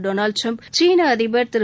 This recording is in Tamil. டொளால்ட் டிரம்ப் சீன அதிபர் திரு